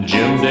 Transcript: Jim